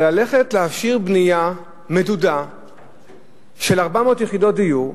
אבל ללכת להפשיר בנייה מדודה של 400 יחידות דיור,